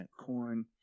corn